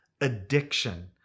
addiction